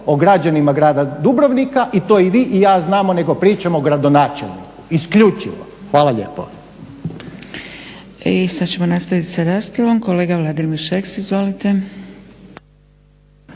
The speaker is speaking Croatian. o građanima grada Dubrovnika i to i vi i ja znamo, nego pričamo o gradonačelniku, isključivo. Hvala lijepo. **Zgrebec, Dragica (SDP)** I sad ćemo nastaviti sa raspravom. Kolega Vladimir Šeks, izvolite.